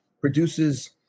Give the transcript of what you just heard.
produces